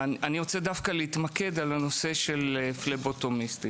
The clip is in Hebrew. אני רוצה להתמקד בנושא של פבלוטמיסטים.